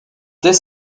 dès